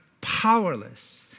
powerless